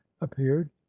appeared